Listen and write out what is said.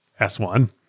S1